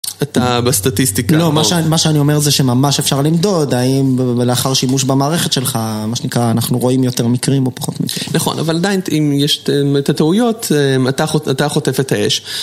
אתה בסטטיסטיקה. לא, מה שאני אומר זה שממש אפשר לנדוד האם לאחר שימוש במערכת שלך מה שנקרא אנחנו רואים יותר מקרים או פחות מקרים. נכון, אבל עדיין אם יש את הטעויות אתה חוטף את האש.